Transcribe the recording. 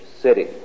city